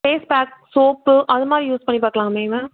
face pack soap அது மாதிரி use பண்ணி பார்க்கலாமே மேம்